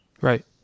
Right